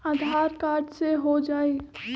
आधार card से हो जाइ?